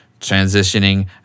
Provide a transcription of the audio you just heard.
transitioning